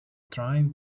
trying